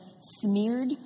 smeared